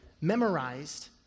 memorized